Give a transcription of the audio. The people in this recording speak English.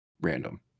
random